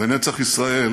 ונצח ישראל